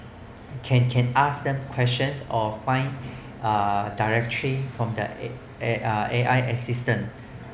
can can ask them questions or find uh directory from there A_I assistant